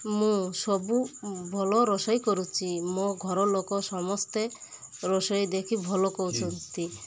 ମୁଁ ସବୁ ଭଲ ରୋଷେଇ କରୁଛି ମୋ ଘର ଲୋକ ସମସ୍ତେ ରୋଷେଇ ଦେଖି ଭଲ କହୁଛନ୍ତି